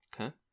Okay